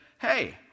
hey